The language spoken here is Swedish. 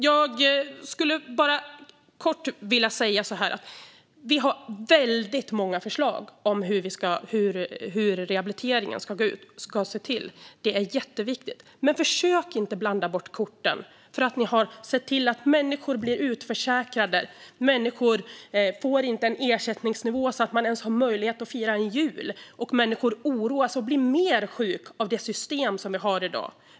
Jag vill kort säga att vi har många förslag om hur rehabiliteringen ska gå till, och detta är jätteviktigt. Men försök inte blanda bort korten, Elisabeth Björnsdotter Rahm! Ni har sett till att människor blir utförsäkrade, att människor inte får en ersättningsnivå som gör att de ens har möjlighet att fira jul och att människor oroas och blir mer sjuka av det system som vi har i dag.